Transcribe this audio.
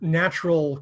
natural